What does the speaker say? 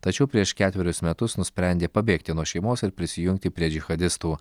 tačiau prieš ketverius metus nusprendė pabėgti nuo šeimos ir prisijungti prie džihadistų